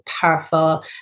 powerful